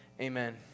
Amen